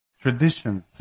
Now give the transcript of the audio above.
traditions